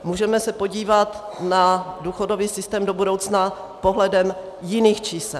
Můžeme se podívat na důchodový systém do budoucna pohledem jiných čísel.